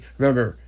Remember